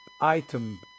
item